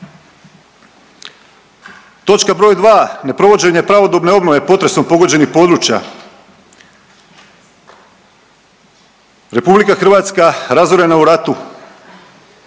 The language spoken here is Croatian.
Točka broj 2, neprovođenje pravodobne obnove potresom pogođenih područja. Republika Hrvatska razorena u ratu